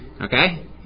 Okay